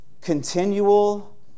continual